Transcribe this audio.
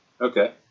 Okay